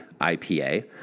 IPA